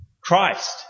Christ